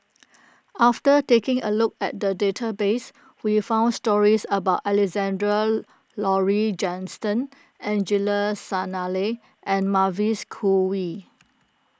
after taking a look at the database we found stories about Alexander Laurie Johnston Angelo Sanelli and Mavis Khoo Oei